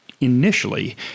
initially